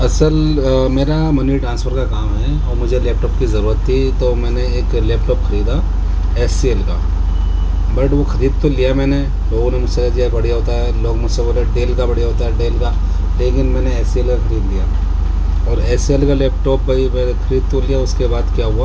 اصل میرا money transfer کا کام ہے اور مجھے لیپٹاپ کی ضرورت تھی تو میں نے ایک لیپٹاپ خریدا ایچ سی ایل کا بٹ وہ خرید تو لیا میں نے لوگوں نے مجھ سے بڑھیا ہوتا ہے لوگ مجھ سے بولے ڈیل کا بڑھیا ہوتا ہے ڈیل کا لیکن میں نے ایچ سی ایل کا خرید لیا اور ایچ سی ایل کا لیپٹاپ بھائی میں نے خرید تو لیا اس کے بعد کیا ہوا